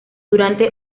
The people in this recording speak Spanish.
durante